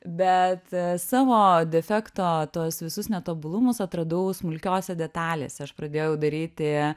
bet savo defekto tuos visus netobulumus atradau smulkiose detalėse aš pradėjau daryti